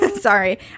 Sorry